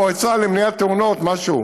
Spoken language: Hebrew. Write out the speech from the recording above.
המועצה למניעת תאונות משהו,